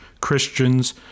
Christians